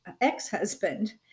ex-husband